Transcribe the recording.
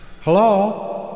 Hello